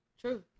True